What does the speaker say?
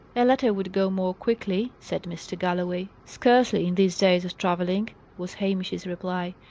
a letter would go more quickly, said mr. galloway. scarcely, in these days of travelling, was hamish's reply.